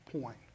point